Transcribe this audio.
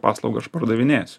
paslaugą aš pardavinėsiu